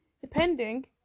depending